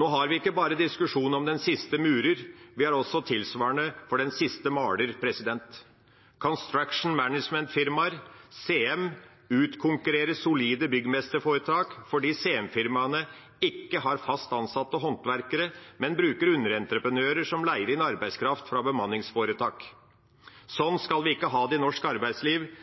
Nå har vi ikke bare diskusjonen om den siste murer, vi har også tilsvarende for den siste maler. «Construction Management»-firmaer, CM, utkonkurrerer solide byggmesterforetak fordi CM-firmaene ikke har fast ansatte håndverkere, men bruker underentreprenører som leier inn arbeidskraft fra bemanningsforetak. Sånn skal vi ikke ha det i norsk arbeidsliv.